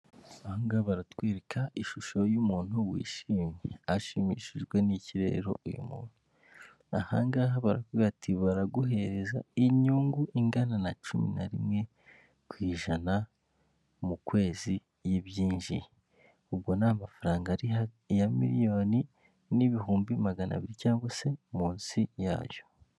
Ahangaha baratwereka ishusho y'umuntu wishimye ashimishijwe n'ikirere uyu muntu? ahangaheha barakubwira ati baraguhereza inyungu ingana na cumi na rimwe ku ijana mu kwezi y'ibyinjiye ubwo n'amafaranga ya miliyoni n'ibihumbi magana abiri cyangwa se munsi yayo.